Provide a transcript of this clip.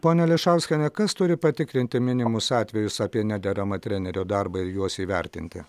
ponia ališauskiene kas turi patikrinti minimus atvejus apie nederamą trenerio darbą ir juos įvertinti